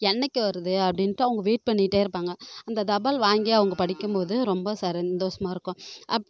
என்னைக்கு வருது அப்படின்ட்டு அவங்க வெயிட் பண்ணிகிட்டே இருப்பாங்க அந்த தபால் வாங்கி அவங்க படிக்கும்போது ரொம்ப சந்தோஷமாக இருக்கும்